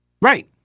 Right